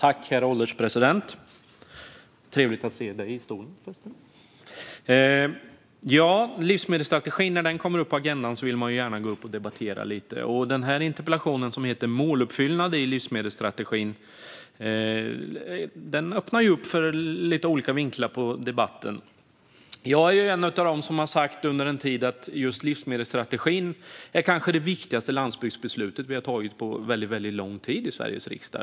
Herr ålderspresident! När livsmedelsstrategin kommer upp på agendan vill man gärna gå upp och debattera. Interpellationen om måluppfyllnad i livsmedelsstrategin öppnar för lite olika vinklar på debatten. Jag är en av dem som under en tid har sagt att just beslutet om livsmedelsstrategin kanske är det viktigaste landsbygdsbeslut som vi har tagit på väldigt lång tid i Sveriges riksdag.